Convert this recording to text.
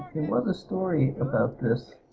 was a story about this.